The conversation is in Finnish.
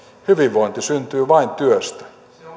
hyvinvointi syntyy vain työstä